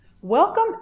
welcome